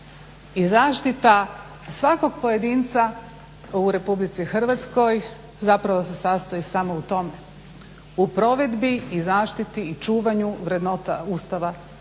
I zaštita svakog pojedinca u RH zapravo se sastoji u tom, provedbi i zaštiti i čuvanju vrednota Ustava RH i o